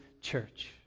church